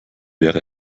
wäre